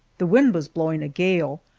the wind was blowing a gale,